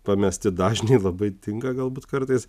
pamesti dažniai labai tinka galbūt kartais